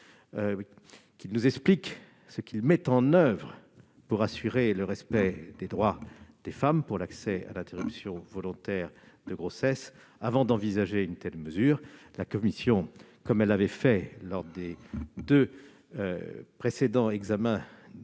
nous explique ce qu'il met en oeuvre pour assurer le respect des droits des femmes en matière d'interruption volontaire de grossesse avant d'envisager une telle mesure. La commission, comme elle l'avait fait lors des deux précédents examens du même